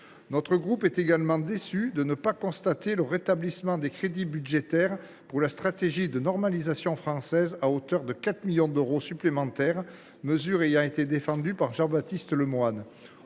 Nous sommes également déçus de constater le non rétablissement des crédits budgétaires pour la stratégie de normalisation française à hauteur de 4 millions d’euros supplémentaires, mesure défendue par Jean Baptiste Lemoyne.